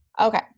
Okay